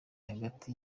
hagati